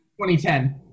2010